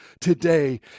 today